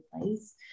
place